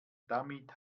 damit